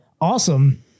awesome